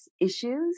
issues